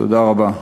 תודה רבה.